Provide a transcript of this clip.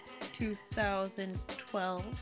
2012